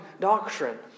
doctrine